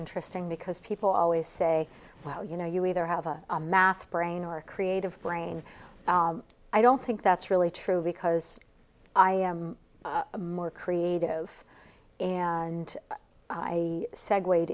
interesting because people always say well you know you either have a math brain or a creative brain i don't think that's really true because i am more creative and i segue